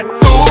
two